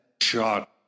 shot